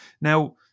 Now